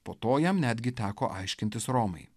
po to jam netgi teko aiškintis romai